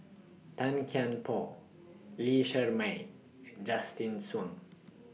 Tan Kian Por Lee Shermay and Justin Zhuang